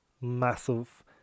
massive